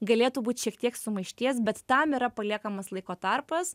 galėtų būt šiek tiek sumaišties bet tam yra paliekamas laiko tarpas